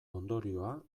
ondorioa